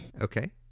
Okay